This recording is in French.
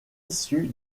issue